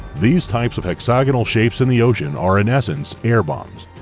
these types of hexagonal shapes in the ocean are in essence air bombs.